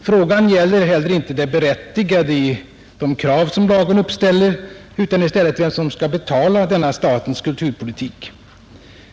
Frågan gäller heller inte det berättigade i de krav lagen uppställer utan i stället vem som skall betala denna statens kulturpolitik.